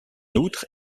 outre